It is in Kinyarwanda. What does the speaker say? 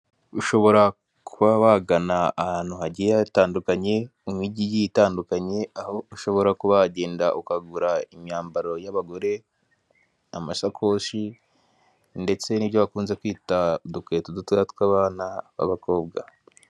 Ushobora kuba wagana ahantu hagiye hatandukanye, mu mijyi igiye itandukanye, aho ushobora kuba wagenda ukagura imyambaro y'abagore, amasakoshi ndetse n'ibyo bakunze kwita udukweto dutoya tw'abana b'abakobwa